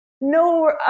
no